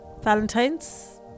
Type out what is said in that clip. Valentines